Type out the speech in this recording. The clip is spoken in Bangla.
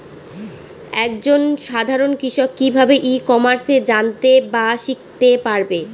এক জন সাধারন কৃষক কি ভাবে ই কমার্সে জানতে বা শিক্ষতে পারে?